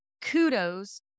kudos